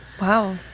Wow